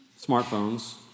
smartphones